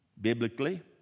biblically